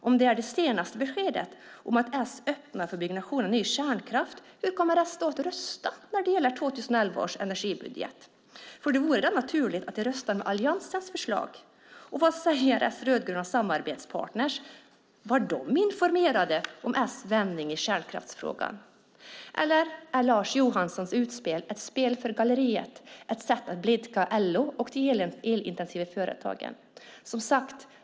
Om det är det senaste beskedet om att S öppnar för byggnation av ny kärnkraft, hur kommer då S att rösta om 2011 års energibudget? Det vore då naturligt att de röstar med Alliansens förslag. Vad säger S rödgröna samarbetspartner? Var de informerade om S vändning i kärnkraftsfrågan? Eller är Lars Johanssons utspel ett spel för galleriet? Är det ett sätt att blidka LO och de elintensiva företagen?